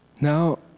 Now